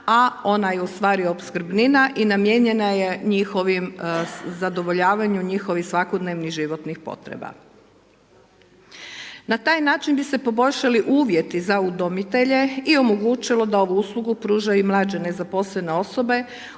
a ona je ustvari opskrbnina i namijenjena je njihovim, zadovoljavanju njihovih svakodnevnih životnih potreba. Na taj način bi se poboljšali uvjeti za udomitelje i omogućilo da ovu uslugu pruža i mlađe nezaposlene osobe